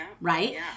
right